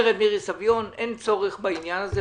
אומרת מירי סביון: אין צורך בעניין הזה.